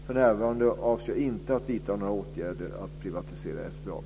För närvarande avser jag inte att vidta några åtgärder för att privatisera SBAB.